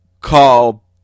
call